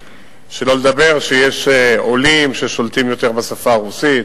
שלא לדבר על כך שיש עולים ששולטים יותר בשפה הרוסית,